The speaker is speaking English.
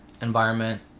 environment